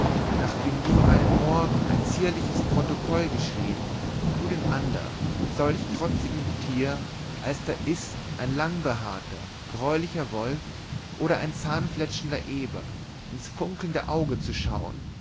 nachdem du einen morgen ein zierliches protokoll geschrieben du den andern solch trotzigem tier als da ist ein langbehaarter greulicher wolf oder ein zahnfletschender eber ins funkelnde auge zu schauen